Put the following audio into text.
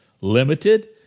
limited